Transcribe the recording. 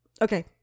Okay